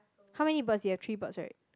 how many birds you have three birds right